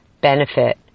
benefit